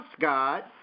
God